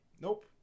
Nope